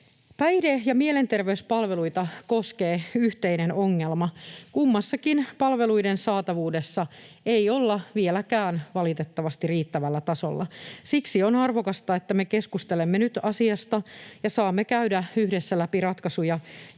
Päihde- ja mielenterveyspalveluita koskee yhteinen ongelma. Kummassakin palveluiden saatavuudessa ei olla valitettavasti vieläkään riittävällä tasolla. Siksi on arvokasta, että me keskustelemme nyt asiasta ja saamme käydä yhdessä läpi ratkaisuja,